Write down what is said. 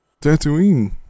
Tatooine